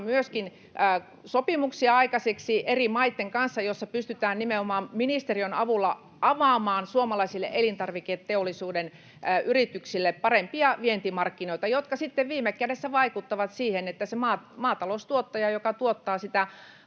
myöskin sopimuksia aikaiseksi eri maitten kanssa, jotta pystytään nimenomaan ministeriön avulla avaamaan suomalaisille elintarviketeollisuuden yrityksille parempia vientimarkkinoita, jotka sitten viime kädessä vaikuttavat siihen, että se maataloustuottaja, joka tuottaa sitä